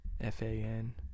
F-A-N-